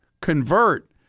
convert